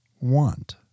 want